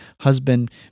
husband